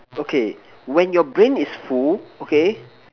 okay when your brain is full okay